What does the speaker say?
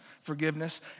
forgiveness